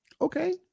okay